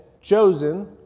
chosen